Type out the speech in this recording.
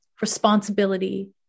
responsibility